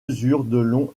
long